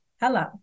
Hello